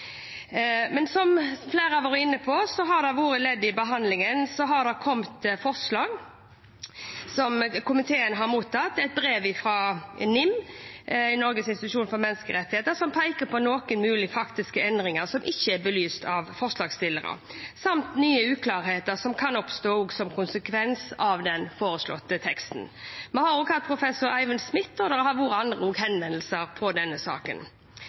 men som flere har vært inne på, har komiteen som ledd i behandlingen mottatt et brev fra NIM, Norges institusjon for menneskerettigheter, som peker på noen mulige faktiske endringer som ikke er belyst av forslagsstillerne, samt nye uklarheter som kan oppstå som konsekvens av den foreslåtte teksten. Det har også vært andre henvendelser om denne saken, bl.a. fra professor Eivind Smith.